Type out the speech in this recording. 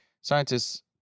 Scientists